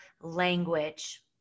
language